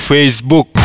Facebook